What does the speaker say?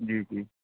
جی جی